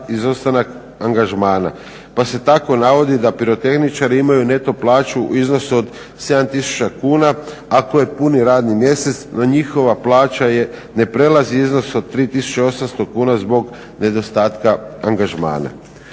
izostanak angažmana. Pa se tako navodi da pirotehničari imaju neto plaću u iznosu od 7 tisuća kuna ako je puni radni mjesec, no njihova plaća ne prelazi iznos od 3800 kuna zbog nedostatka angažmana.